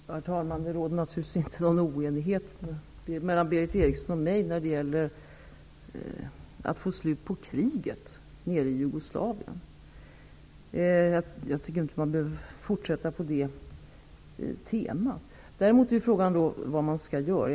Herr talman! Det råder naturligtvis inte någon oenighet mellan Berith Eriksson och mig när det gäller viljan att få slut på kriget nere i Jugoslavien. Vi behöver inte fortsätta på det temat. Frågan är däremot vad man skall göra.